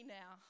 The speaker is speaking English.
now